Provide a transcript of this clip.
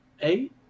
Eight